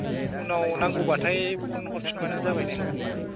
उनाव नांगौबाथाय फन हरफिनबानो जाबायने होमबा